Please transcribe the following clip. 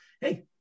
hey